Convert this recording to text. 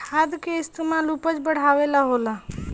खाद के इस्तमाल उपज बढ़ावे ला होला